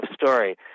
story